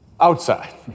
outside